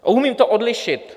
Umím to odlišit.